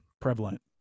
prevalent